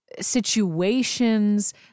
situations